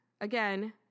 Again